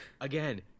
Again